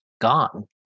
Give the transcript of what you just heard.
gone